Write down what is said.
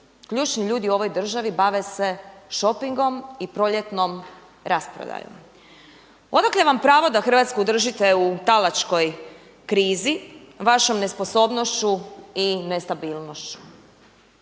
ključni ljudi u ovoj državi bave se šopingom i proljetnom rasprodajom. Odakle vam pravo da Hrvatsku držite u talačkoj krizi, vašom nesposobnošću i nestabilnošću?